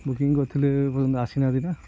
booking କରିଥିଲେ ଏପର୍ଯ୍ୟନ୍ତ ଆସିନାହାନ୍ତି ନା